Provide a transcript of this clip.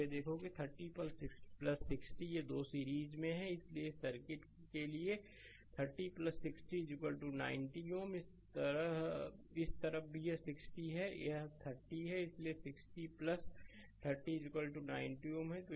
अब यह देखो कि यह 30 60 यह दो सीरीज में हैं इसलिए इस सर्किट के लिए 30 60 90 Ω इस तरफ भी यह 60 है यह 30 है इसलिए 60 30 90 Ωहै